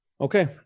okay